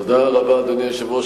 תודה רבה לכם,